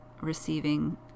receiving